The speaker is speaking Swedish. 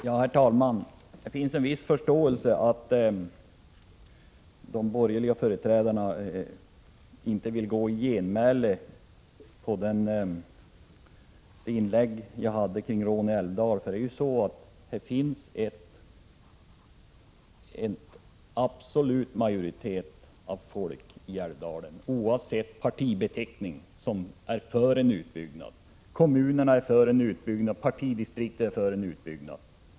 Herr talman! Jag har en viss förståelse för att de borgerliga företrädarna inte vill gå i genmäle på mitt inlägg rörande Råne älvdal. I älvdalen finns nämligen en absolut majoritet, oavsett partibeteckning, som är för en utbyggnad. Kommunerna är liksom partidistriktet för en utbyggnad.